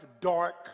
Dark